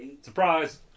Surprise